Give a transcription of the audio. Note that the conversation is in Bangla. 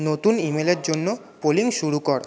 নতুন ইমেলের জন্য পোলিং শুরু কর